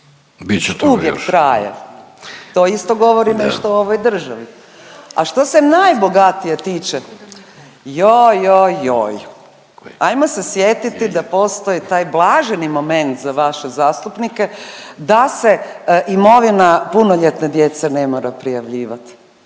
uvijek traje. To isto govori… .../Upadica: Da./... nešto o ovoj državi. A što se najbogatije tiče, joj, joj, joj. Ajmo se sjetiti da postoji taj blaženi moment za vaše zastupnike da se imovina punoljetne djece ne mora prijavljivati.